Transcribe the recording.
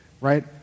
right